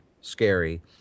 scary